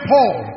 Paul